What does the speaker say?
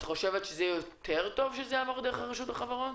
את חושבת שזה יהיה יותר טוב שזה יעבור דרך רשות החברות?